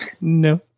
no